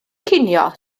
cinio